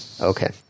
Okay